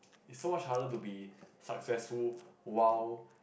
it's so much harder to be successful while